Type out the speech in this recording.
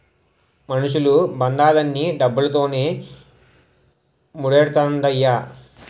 మనుషులు బంధాలన్నీ డబ్బుతోనే మూడేత్తండ్రయ్య